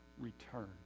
return